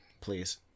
please